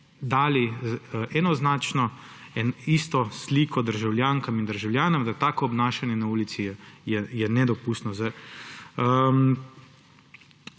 dali enoznačno, isto sliko državljankam in državljanom, da takšno obnašanje na ulici je nedopustno.